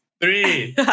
Three